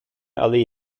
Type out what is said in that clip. ali